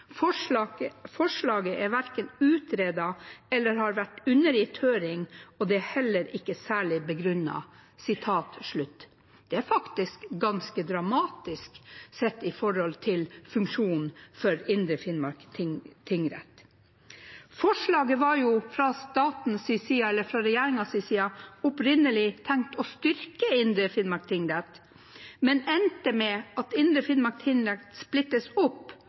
Forslaget er verken utredet eller har vært undergitt høring, og det er heller ikke særlig begrunnet. Det er faktisk ganske dramatisk, sett ut fra funksjonen for Indre Finnmark tingrett. Forslaget var fra regjeringens side opprinnelig tenkt å styrke Indre Finnmark tingrett, men endte med at Indre Finnmark tingrett splittes og deles opp.